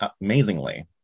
amazingly